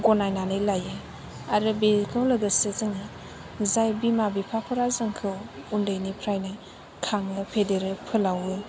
गनायनानै लायो आरो बेजों लोगोसे जोंहा जाय बिमा बिफाफोरा जोंखौ उन्दैनिफ्रायनो खाङो फेदेरो फोलावो